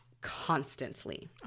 constantly